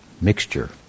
mixture